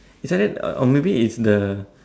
is either or maybe it's the